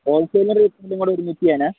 ഹോൾസെയിലും റീടൈലും കൂടെ ഒരുമിച്ച് ചെയ്യാനാണോ